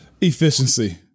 Efficiency